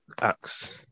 acts